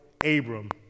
Abram